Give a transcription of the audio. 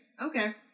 Okay